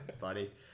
buddy